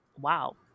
wow